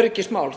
öryggismál,